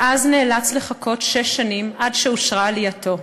ואז נאלץ לחכות שש שנים עד שאושרה עלייתו.